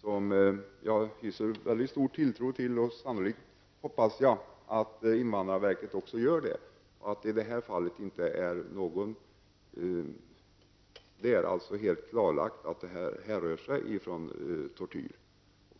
för vilken jag hyser en mycket stor tilltro. Det hoppas jag att också invandrarverket gör. Det är helt klarlagt att dessa skador härrör sig från tortyr.